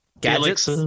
Gadgets